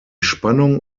spannung